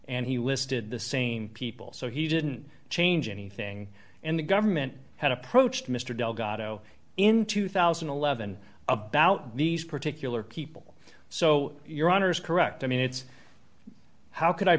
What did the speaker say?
and he listed the same people so he didn't change anything and the government had approached mr delgado in two thousand and eleven about these particular people so your honor is correct i mean it's how could i